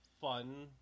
fun